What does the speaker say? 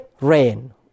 rain